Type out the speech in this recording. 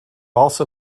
also